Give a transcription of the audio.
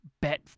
bet